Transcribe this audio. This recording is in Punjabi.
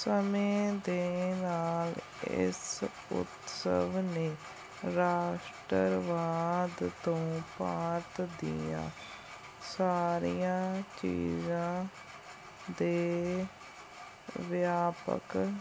ਸਮੇਂ ਦੇ ਨਾਲ ਇਸ ਉਤਸਵ ਨੇ ਰਾਸ਼ਟਰਵਾਦ ਤੋਂ ਭਾਰਤ ਦੀਆਂ ਸਾਰੀਆਂ ਚੀਜ਼ਾਂ ਦੇ ਵਿਆਪਕ